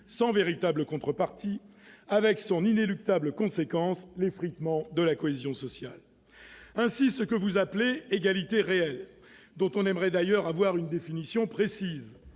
sans véritable contrepartie, avec son inéluctable conséquence, à savoir l'effritement de la cohésion sociale ! Ainsi, ce que vous appelez « égalité réelle », notion dont on aimerait d'ailleurs avoir une définition précise,